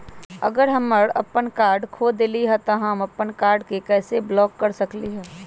अगर हम अपन कार्ड खो देली ह त हम अपन कार्ड के कैसे ब्लॉक कर सकली ह?